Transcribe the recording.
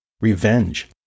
Revenge